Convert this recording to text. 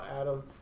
Adam